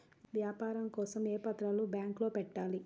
వ్యాపారం కోసం ఏ పత్రాలు బ్యాంక్లో పెట్టాలి?